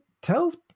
tells